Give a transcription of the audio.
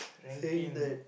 saying that